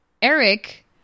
Eric